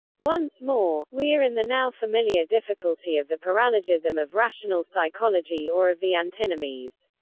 once more, we are in the now familiar difficulty of the paralogism of rational psychology or of the antinomies.